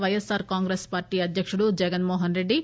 పైఎస్పార్ కాంగ్రెస్ పార్టీ అధ్యకుడు జగన్మో హన్రెడ్డి